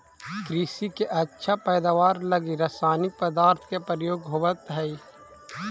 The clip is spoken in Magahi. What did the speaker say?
कृषि के अच्छा पैदावार लगी रसायनिक पदार्थ के प्रयोग होवऽ हई